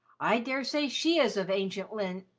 i dare say she is of ancient lin-lenage.